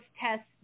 tests